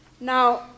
now